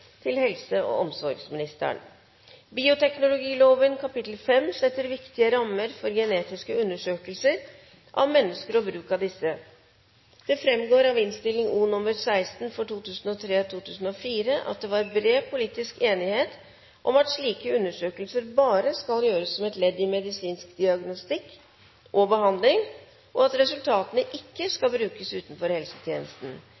til bioteknologilova kapittel 5 om rammer for genetiske undersøkingar av menneske og bruken av desse. Interpellanten viste òg til at det ved førre behandling av bioteknologilova var ei brei politisk einigheit om at slike undersøkingar berre skal gjerast som eit ledd i medisinsk diagnostikk og behandling, og at resultatet ikkje